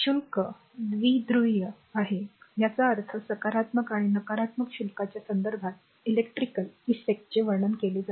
शुल्क द्विध्रुवीय आहे याचा अर्थ सकारात्मक आणि नकारात्मक शुल्काच्या संदर्भात इलेक्ट्रिकल इफेक्ट चे वर्णन केले जाते